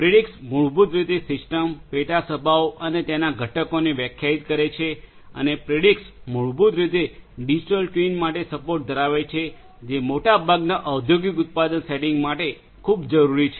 Predix મૂળભૂત રીતે system પેટાસભાઓ અને તેના ઘટકોને વ્યાખ્યાયિત કરે છે અને પ્રિડિક્સ મૂળભૂત રીતે ડિજિટલ ટવિન માટે સપોર્ટ ધરાવે છે જે મોટાભાગના ઔદ્યોગિક ઉત્પાદન સેટિંગ્સ માટે ખૂબ જ જરૂરી છે